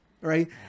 Right